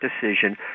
decision